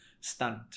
stunt